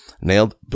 nailed